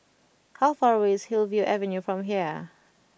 how far away is Hillview Avenue from here